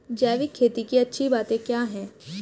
जैविक खेती की अच्छी बातें क्या हैं?